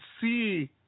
see